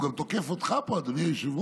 הוא תוקף גם אותך פה, אדוני היושב-ראש.